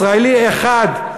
ישראלי אחד,